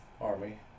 Army